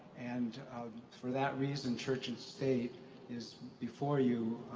and for that reason, church and state is before you,